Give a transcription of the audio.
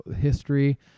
history